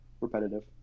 repetitive